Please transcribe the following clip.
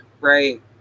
Right